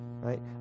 right